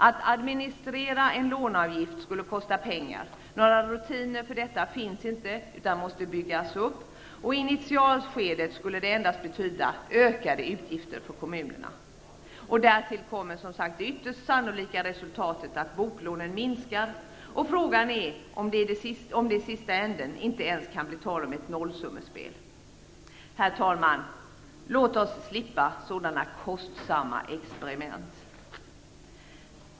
Att administrera en låneavgift skulle kosta pengar. Några rutiner för detta finns inte utan måste byggas upp, och i initialskedet skulle det endast betyda ökade utgifter för kommunerna. Därtill kommer det ytterst sannolika resultatet att boklånen minskar, och frågan är om det i sista ändan ens kan bli tal om ett nollsummespel. Herr talman! Låt oss slippa sådana kostsamma experiment!